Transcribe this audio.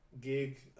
gig